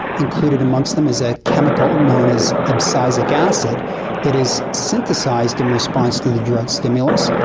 included amongst them is a chemical known as abscisic acid that is synthesised in response to the drought stimulus,